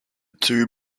two